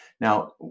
Now